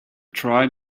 tried